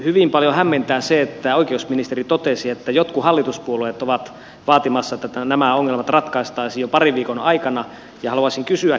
hyvin paljon hämmentää se että oikeusministeri totesi että jotkut hallituspuolueet ovat vaatimassa että nämä ongelmat ratkaistaisiin jo parin viikon aikana ja haluaisin kysyäkin